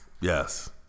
Yes